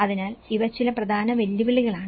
അതിനാൽ ഇവ ചില പ്രധാന വെല്ലുവിളികളാണ്